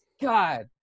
God